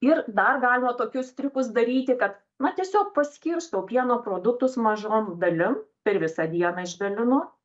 ir dar galima tokius triukus daryti kad na tiesiog paskirstau pieno produktus mažom dalim per visą dieną išdalinu